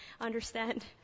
understand